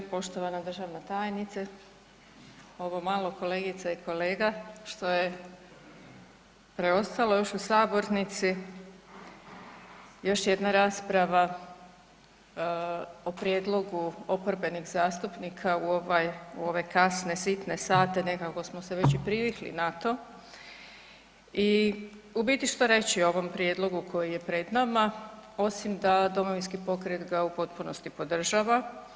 Poštovana državna tajnice, ovo malo kolegica i kolega što je preostalo još u sabornici, još jedna rasprava o prijedlogu oporbenih zastupnika u ovaj, u ove kasne sitne nekako smo se već i privikli na to i u biti što reći o ovom prijedlogu koji je pred nama osim da Domovinski pokret ga u potpunosti podržava.